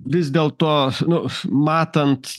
vis dėlto nu matant